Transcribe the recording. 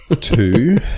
two